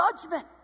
judgment